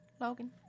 Logan